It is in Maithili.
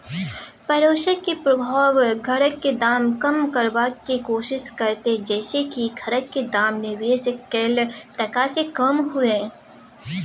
पडोसक प्रभाव घरक दाम कम करबाक कोशिश करते जइसे की घरक दाम निवेश कैल टका से कम हुए